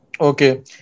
Okay